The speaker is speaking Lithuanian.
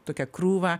tokią krūvą